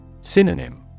Synonym